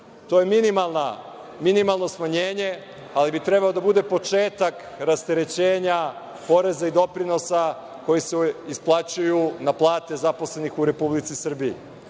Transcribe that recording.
To je minimalno smanjenje, ali bi trebalo da bude početak rasterećenja poreza i doprinosa koji se isplaćuju na plate zaposlenih u Republici Srbiji.